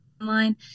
online